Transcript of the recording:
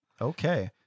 Okay